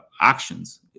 actions